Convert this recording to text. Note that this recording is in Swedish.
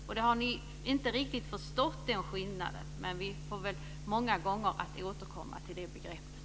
Ni har inte riktigt förstått den skillnaden, men vi får väl återkomma många gånger till det begreppet.